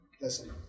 listen